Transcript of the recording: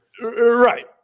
Right